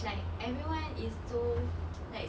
it's like everyone is so like